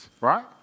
Right